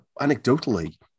anecdotally